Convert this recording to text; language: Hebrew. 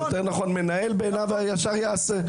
יותר נכון, מנהל, בעיניו הישר יעשה.